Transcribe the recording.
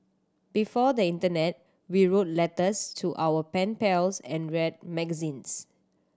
before the internet we wrote letters to our pen pals and read magazines